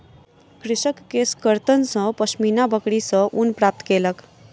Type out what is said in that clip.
कृषक केशकर्तन सॅ पश्मीना बकरी सॅ ऊन प्राप्त केलक